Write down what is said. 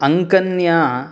अङ्कन्या